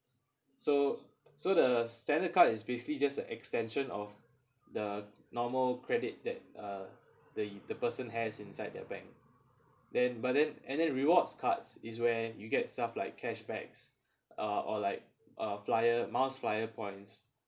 so so the standard card is basically just a extension of the normal credit that uh the the person has inside their bank then but then and then rewards cards is where you get stuff like cashbacks uh or like a flyer miles flyer points